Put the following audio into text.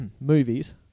movies